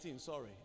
Sorry